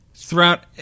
throughout